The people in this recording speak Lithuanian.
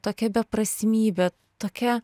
tokia beprasmybė tokia